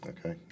Okay